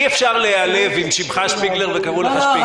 אי אפשר להיעלב אם שמך שפיגלר וקראו לך שפיגל.